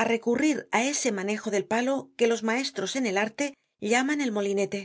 á recurrir á ese manejo del palo que los maestros en el arte llaman el molinete